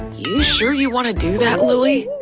you sure you wanna do that, lily?